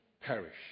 perish